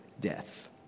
death